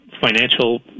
financial